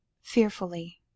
fearfully